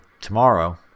tomorrow